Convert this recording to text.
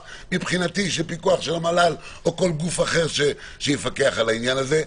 מבחינתי בפיקוח של המל"ל או כל גוף אחר שיפקח על העניין הזה.